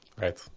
Right